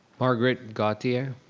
margaret gautier.